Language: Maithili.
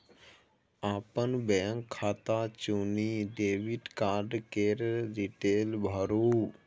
अपन बैंक खाता चुनि डेबिट कार्ड केर डिटेल भरु